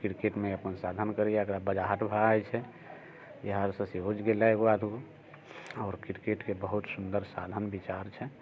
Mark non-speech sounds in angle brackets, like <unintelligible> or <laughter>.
क्रिकेटमे अपन साधन करैया एकरा <unintelligible> भऽ जाइत छै <unintelligible> आओर क्रिकेटके बहुत सुन्दर साधन विचार छै